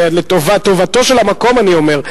לטובתו של המקום אני אומר.